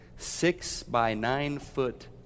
Six-by-nine-foot